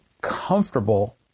comfortable